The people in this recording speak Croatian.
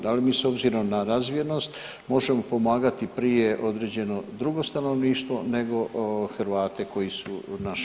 Da li mi s obzirom na razvijenost možemo pomagati prije određeno drugo stanovništvo nego Hrvate koji su naš narod?